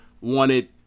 wanted